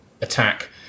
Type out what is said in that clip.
attack